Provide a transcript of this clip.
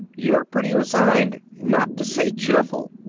you're pretty resigned, not to say cheerful.